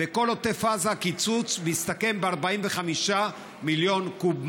בכל עוטף עזה הקיצוץ מסתכם ב-45 מיליון קוב מים.